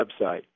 website